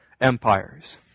empires